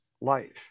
life